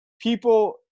people